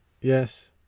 yes